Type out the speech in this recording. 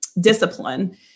discipline